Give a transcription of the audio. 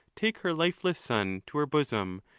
take her lifeless son to her bosom,